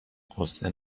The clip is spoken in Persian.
غصه